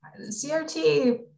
CRT